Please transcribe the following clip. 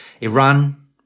Iran